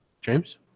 James